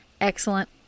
excellent